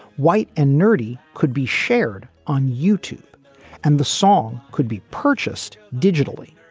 white and nerdy could be shared on youtube and the song could be purchased digitally.